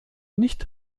nicht